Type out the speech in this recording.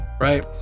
right